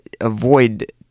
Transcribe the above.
avoid